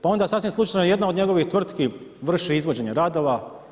Pa onda sasvim slučajno jedna od njegovih tvrtki vrši izvođenje radova.